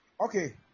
Okay